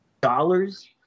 dollars